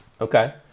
Okay